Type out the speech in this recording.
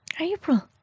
April